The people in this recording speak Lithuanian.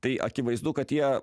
tai akivaizdu kad jie